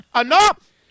Enough